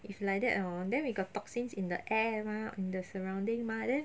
if like that orh then we got toxins in the air mah in the surrounding mah then